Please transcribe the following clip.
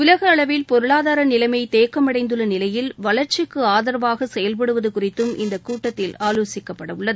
உலகளவில் பொருளாதார நிலைமை தேக்கமடைந்துள்ள நிலையில் வளர்ச்சிக்கு ஆதரவாக செயல்படுவது குறித்தும் இந்த கூட்டத்தில் ஆலோசிக்கப்பட உள்ளது